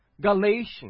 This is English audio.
Galatians